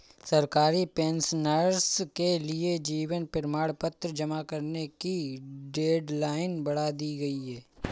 सरकारी पेंशनर्स के लिए जीवन प्रमाण पत्र जमा करने की डेडलाइन बढ़ा दी गई है